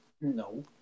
No